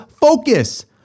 focus